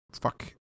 fuck